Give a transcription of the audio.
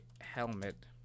helmet